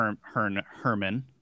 Herman